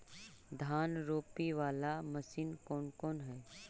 धान रोपी बाला मशिन कौन कौन है?